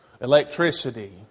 electricity